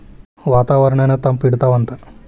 ವಾತಾವರಣನ್ನ ತಂಪ ಇಡತಾವಂತ